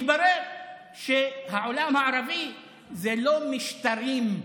מתברר שהעולם הערבי זה לא משטרים,